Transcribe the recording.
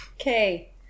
Okay